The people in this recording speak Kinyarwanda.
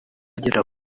agera